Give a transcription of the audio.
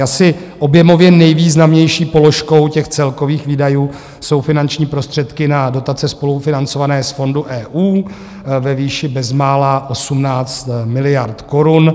Asi objemově nejvýznamnější položkou celkových výdajů jsou finanční prostředky na dotace spolufinancované z fondů EU ve výši bezmála 18 miliard korun.